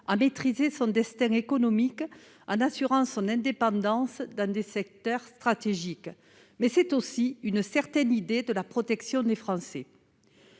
à maîtriser son destin économique en assurant son indépendance dans des secteurs stratégiques. C'est aussi une certaine idée de la protection des Français.